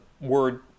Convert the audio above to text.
word